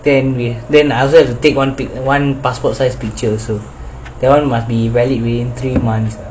then we then I also have to take one pic one passport sized picture also that one must be valid within three months